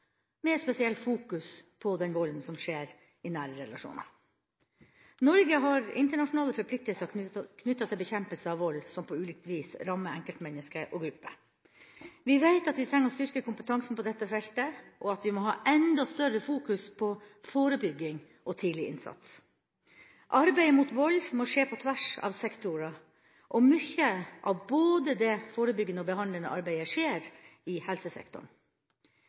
med spesielt fokus på den volden som skjer i nære relasjoner. Norge har internasjonale forpliktelser knyttet til bekjempelse av vold som på ulikt vis rammer enkeltmennesker og grupper. Vi veit at vi trenger å styrke kompetansen på dette feltet, og at vi må ha enda større fokus på forebygging og tidlig innsats. Arbeidet mot vold må skje på tvers av sektorer, og mye av både det forebyggende og det behandlende arbeidet skjer i helsesektoren.